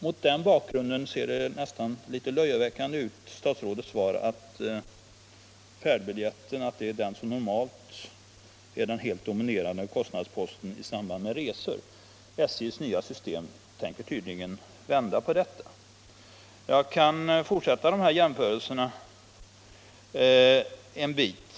Mot den bakgrunden ser det nästan litet löjeväckande ut när det i statsrådets svar står att färdbiljetten normalt är den helt dominerande kostnadsposten i samband med resor. I SJ:s nya system tänker man tydligen vända på detta. Jag kan fortsätta jämförelsen en bit.